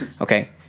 Okay